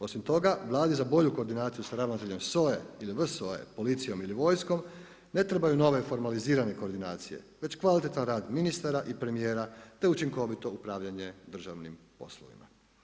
Osim toga Vladi za bolju koordinaciju sa ravnateljem SOA-e, ili VSOA-e, policije ili vojskom ne trebaju nove formalizirane koordinacije, već kvalitetan rad ministra i premjera, te učinkovito upravljanje državnim poslovima.